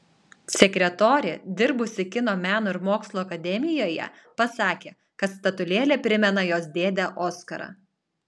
sekretorė dirbusi kino meno ir mokslo akademijoje pasakė kad statulėlė primena jos dėdę oskarą